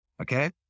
Okay